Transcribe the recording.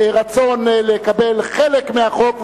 רצון לקבל חלק מהחוק,